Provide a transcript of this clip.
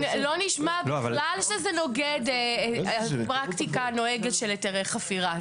לא נשמע בכלל שזה נוגד פרקטיקה נוהגת של היתרי חפירה,